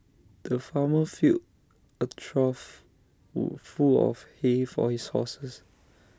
the farmer filled A trough full of hay for his horses